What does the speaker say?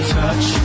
touch